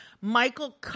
Michael